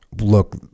look